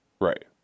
Right